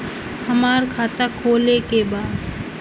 हमार खाता खोले के बा?